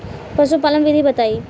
पशुपालन विधि बताई?